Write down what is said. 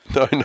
no